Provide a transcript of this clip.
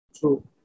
True